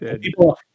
people